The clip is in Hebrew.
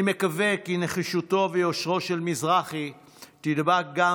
אני מקווה כי נחישותו ויושרו של מזרחי ידבקו גם